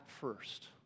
first